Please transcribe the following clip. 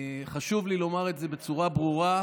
חשוב לי לומר את זה בצורה ברורה,